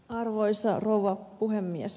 arvoisa rouva puhemies